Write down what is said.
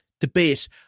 debate